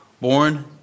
born